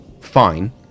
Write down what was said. fine